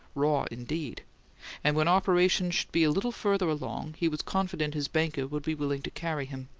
raw indeed and when operations should be a little further along he was confident his banker would be willing to carry him.